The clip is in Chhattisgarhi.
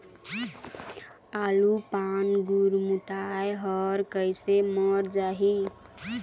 आलू पान गुरमुटाए हर कइसे मर जाही?